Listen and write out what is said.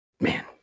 man